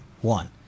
one